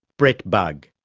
brett bugg.